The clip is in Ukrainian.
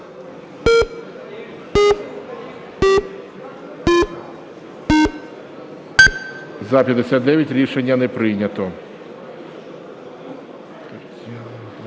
За-59 Рішення не прийнято.